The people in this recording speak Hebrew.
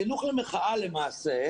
החינוך למחאה למעשה,